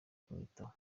kumwitaho